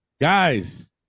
guys